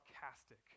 sarcastic